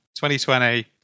2020